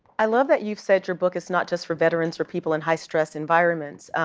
i love that you've said your book is not just for veterans or people in high stress environments.